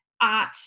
art